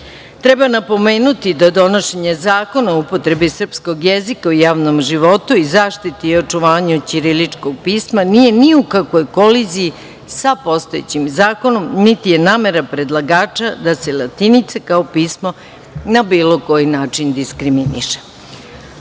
napomenuti da donošenja zakona o upotrebi srpskog jezika u javnom životu i zaštiti i očuvanju ćiriličkog pisma nije ni u kakvoj koliziji sa postojećim zakonom, niti je namera predlagača da se latinica kao pismo na bilo koji način diskriminiše. Isto